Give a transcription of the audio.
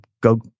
go